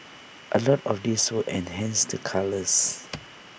A lot of this we enhanced the colours